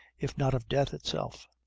if not of death itself.